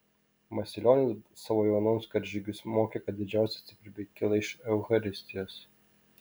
masilionis savo jaunuosius karžygius mokė kad didžiausia stiprybė kyla iš eucharistijos